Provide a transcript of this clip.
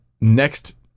next